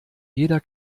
jeder